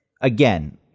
again